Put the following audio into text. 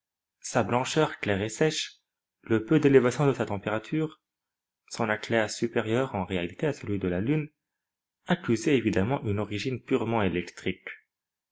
sa blancheur claire et sèche le peu d'élévation de sa température son éclat supérieur en réalité à celui de la lune accusaient évidemment une origine purement électrique